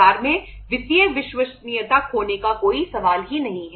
बाजार में वित्तीय विश्वसनीयता खोने का कोई सवाल ही नहीं है